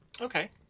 Okay